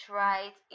right